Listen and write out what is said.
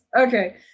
Okay